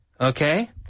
Okay